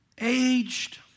aged